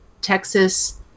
Texas